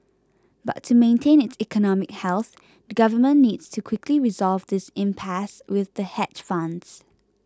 but to maintain its economic health the government needs to quickly resolve this impasse with the hedge funds